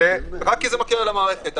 רק כי זה מקל על המערכת.